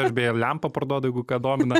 aš beje ir lempą parduodu jeigu ką domina